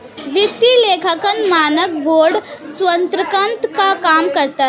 वित्तीय लेखांकन मानक बोर्ड स्वतंत्रता से काम करता है